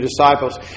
disciples